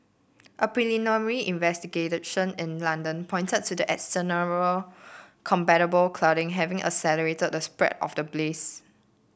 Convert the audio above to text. a preliminary investigation in London pointed to the external combustible cladding having accelerated the spread of the blaze